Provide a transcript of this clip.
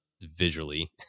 visually